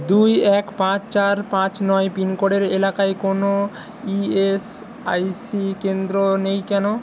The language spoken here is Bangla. দুই এক পাঁচ চার পাঁচ নয় পিনকোডের এলাকায় কোনও ইএসআইসি কেন্দ্র নেই কেন